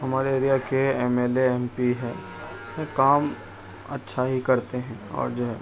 ہمارے ایریا کے M L A M P ہے کام اچھا ہی کرتے ہیں اور جو ہے